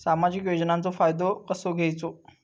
सामाजिक योजनांचो फायदो कसो घेवचो?